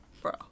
Bro